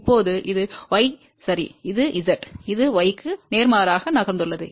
இப்போது இது y சரி இது z இது y க்கு நேர்மாறாக நகர்ந்துள்ளது